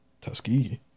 Tuskegee